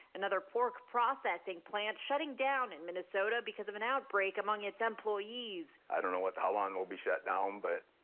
another pork processing plant shutting down in minnesota because of an outbreak among its employees. i don't know how long will be shut down but.